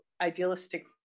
idealistic